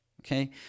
Okay